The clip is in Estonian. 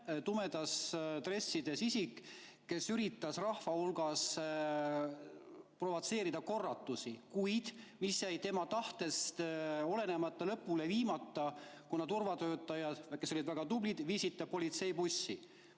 tumedates dressides isik, kes üritas rahva hulgas provotseerida korratusi, mis jäid tema tahtest olenemata lõpule viimata, kuna turvatöötajad, kes olid väga tublid, viisid ta politseibussi.